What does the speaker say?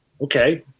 Okay